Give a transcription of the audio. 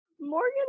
Morgan